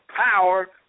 power